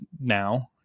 now